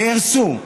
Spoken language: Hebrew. נהרסו,